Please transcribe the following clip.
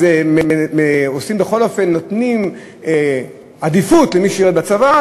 אז בכל אופן נותנים עדיפות למי ששירת בצבא,